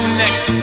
next